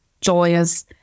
joyous